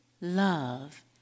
love